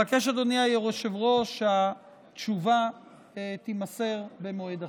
אבקש, אדוני היושב-ראש, שתשובה תימסר במועד אחר,